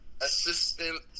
assistant